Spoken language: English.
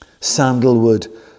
Sandalwood